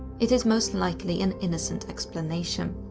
it is most likely an innocent explanation.